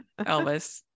Elvis